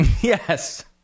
Yes